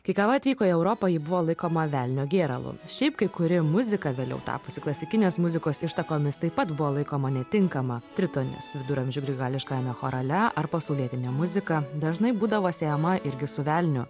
kai kava atvyko į europą ji buvo laikoma velnio gėralu šiaip kai kuri muzika vėliau tapusi klasikinės muzikos ištakomis taip pat buvo laikoma netinkama tritonis viduramžių grigališkajame chorale ar pasaulietinė muzika dažnai būdavo siejama irgi su velniu